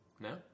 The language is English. No